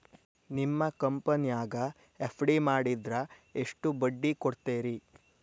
ನಿಮ್ಮ ಕಂಪನ್ಯಾಗ ಎಫ್.ಡಿ ಮಾಡಿದ್ರ ಎಷ್ಟು ಬಡ್ಡಿ ಕೊಡ್ತೇರಿ?